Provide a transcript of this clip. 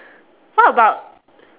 what about